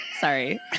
Sorry